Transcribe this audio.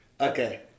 Okay